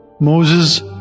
Moses